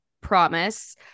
Promise